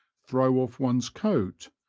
throw off one's coat,